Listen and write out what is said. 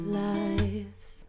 lives